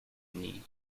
knee